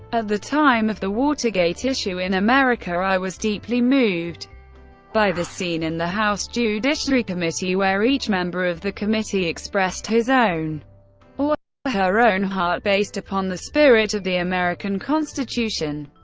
at the time of the watergate issue in america, i was deeply moved by the scene in the house judiciary committee, where each member of the committee expressed his own or her own heart based upon the spirit of the american constitution.